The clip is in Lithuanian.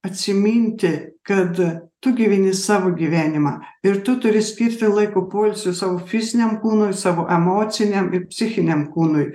atsiminti kad tu gyveni savo gyvenimą ir tu turi skirti laiko poilsiui savo fiziniam kūnui savo emociniam ir psichiniam kūnui